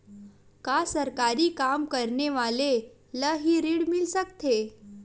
का सरकारी काम करने वाले ल हि ऋण मिल सकथे?